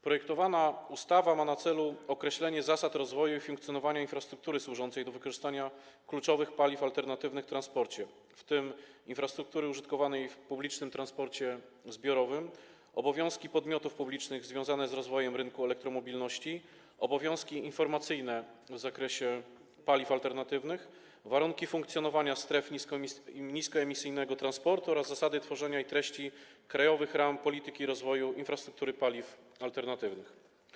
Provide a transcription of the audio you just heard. Projektowana ustawa ma na celu określenie zasad rozwoju i funkcjonowania infrastruktury służącej do wykorzystania kluczowych paliw alternatywnych w transporcie, w tym infrastruktury użytkowanej w publicznym transporcie zbiorowym, obowiązków podmiotów publicznych związanych z rozwojem rynku elektromobilności, obowiązków informacyjnych w zakresie paliw alternatywnych, warunków funkcjonowania stref niskoemisyjnego transportu oraz zasad tworzenia i treści krajowych ram polityki rozwoju infrastruktury paliw alternatywnych.